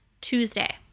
Tuesday